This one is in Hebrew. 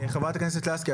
חברת הכנסת לסקי,